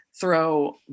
throw